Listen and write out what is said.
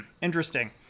Interesting